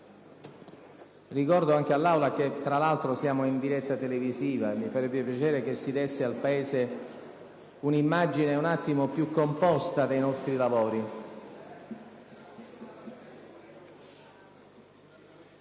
ricordo che tra l'altro siamo in diretta televisiva. Mi farebbe piacere che si desse al Paese un'immagine più composta dei nostri lavori.